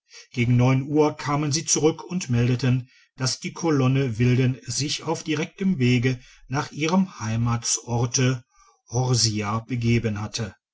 gegen neun uhr kamen sie zurück und meldeten dass die kolonne wilden sich auf direktem wege nach ihrem heimatsorte horsia begeben hätte